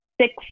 six